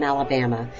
Alabama